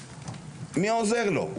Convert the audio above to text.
מי עוזר לו?